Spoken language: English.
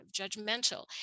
judgmental